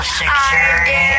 security